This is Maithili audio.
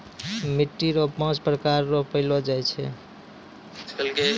मिट्टी रो पाँच प्रकार रो पैलो जाय छै